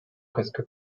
presque